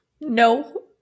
No